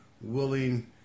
willing